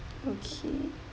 okay